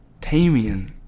Tamian